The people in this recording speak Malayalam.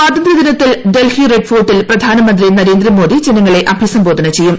സ്വാതന്ത്ര്യദിനത്തിൽ ഡൽഹി റെഡ് ഫോർട്ടിൽ പ്രധാനമന്ത്രി നരേന്ദ്രമോദി ജനങ്ങളെ അഭിസംബോധന ചെയ്യും